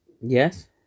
Yes